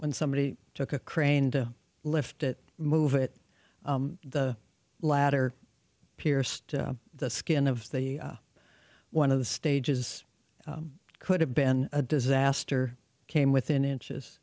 when somebody took a crane to lift it move it the ladder pierced the skin of the one of the stages could have been a disaster came within inches